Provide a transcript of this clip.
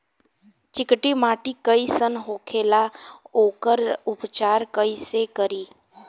चिकटि माटी कई सन होखे ला वोकर उपचार कई से करी?